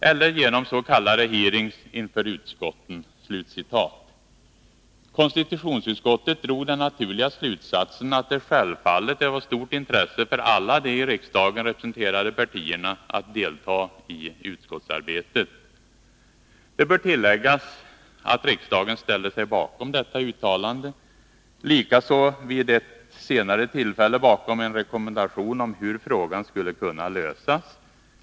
eller genom s.k. hearings inför utskottet.” Konstitutionsutskottet drog den naturliga slutsatsen att det självfallet är av stort intresse för alla de i riksdagen representerade partierna att delta i utskottsarbetet. Det bör tilläggas att riksdagen ställde sig bakom detta uttalande. Den ställde sig också vid ett senare tillfälle bakom en rekommendation av hur Nr 145 frågan skulle kunna lösas.